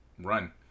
run